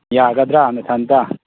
ꯌꯥꯒꯗ꯭ꯔ ꯅꯊꯟꯇ